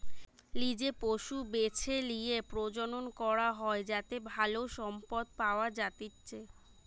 লিজে পশু বেছে লিয়ে প্রজনন করা হয় যাতে ভালো সম্পদ পাওয়া যাতিচ্চে